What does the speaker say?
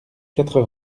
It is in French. quatre